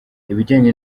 ibijyanye